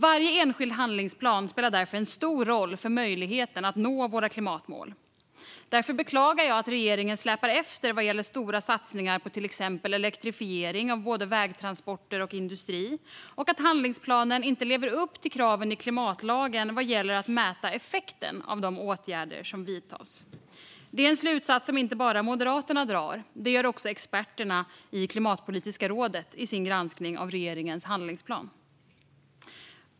Varje enskild handlingsplan spelar därför en stor roll för möjligheten att nå våra klimatmål. Därför beklagar jag att regeringen släpar efter vad gäller stora satsningar på till exempel elektrifiering av både vägtransporter och industri och att handlingsplanen inte lever upp till kraven i klimatlagen vad gäller att mäta effekten av de åtgärder som vidtas. Detta är en slutsats som inte bara Moderaterna drar, utan det gör också experterna i Klimatpolitiska rådet i sin granskning av regeringens handlingsplan.